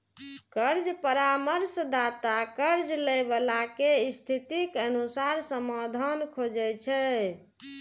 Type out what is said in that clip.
कर्ज परामर्शदाता कर्ज लैबला के स्थितिक अनुसार समाधान खोजै छै